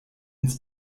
ins